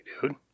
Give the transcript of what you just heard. dude